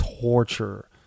torture